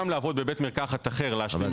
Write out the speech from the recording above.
לעבוד בבית מרקחת אחר להשלים את משכורתו.